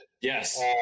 Yes